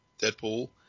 Deadpool